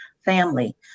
family